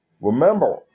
remember